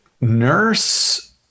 nurse